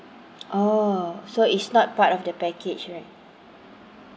oh so is not part of the package right